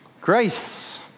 grace